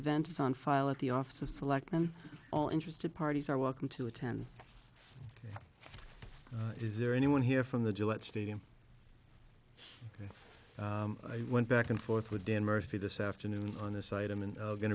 event is on file at the office of select them all interested parties are welcome to attend is there anyone here from the gillette stadium i went back and forth with dan murphy this afternoon on this item and going